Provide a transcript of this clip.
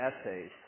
essays